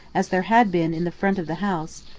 as there had been in the front of the house,